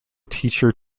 teacher